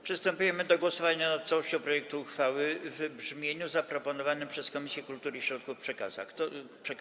Przystępujemy do głosowania nad całością projektu uchwały w brzmieniu zaproponowanym przez Komisję Kultury i Środków Przekazu.